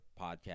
podcast